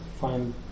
find